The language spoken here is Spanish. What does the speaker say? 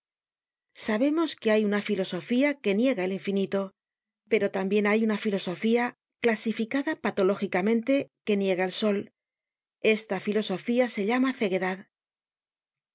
sabemos que hay una filosofía que niega el infinito pero tambien hay una filosofía clasificada patológicamente que niega el sol esta filosofía se llama ceguedad